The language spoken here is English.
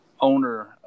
owner